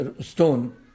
stone